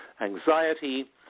anxiety